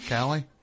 Callie